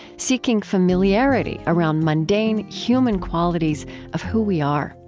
seeking familiarity around mundane human qualities of who we are